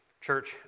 Church